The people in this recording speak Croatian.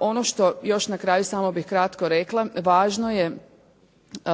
Ono što još na kraju samo bih kratko rekla, važno je